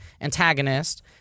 antagonist